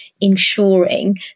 ensuring